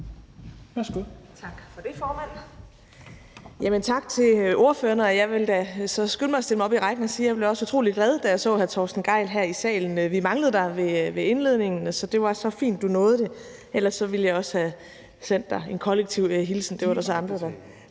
Tak for det, formand,